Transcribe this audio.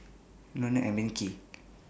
Lona and Becky